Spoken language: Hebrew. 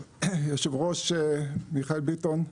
יושב הראש מיכאל ביטון,